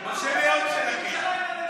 משה ליאון שלכם.